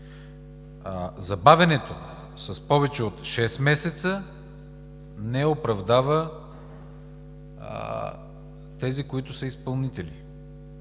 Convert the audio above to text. Забавянето с повече от шест месеца не оправдава тези, които са изпълнители.